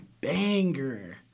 banger